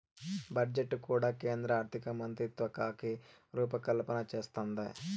budget కూడా కేంద్ర ఆర్థికమంత్రిత్వకాకే రూపకల్పన చేస్తందాది